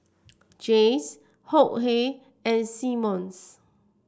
Jays Hok Hey and Simmons